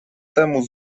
temu